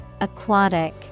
Aquatic